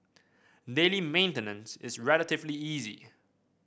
daily maintenance is relatively easy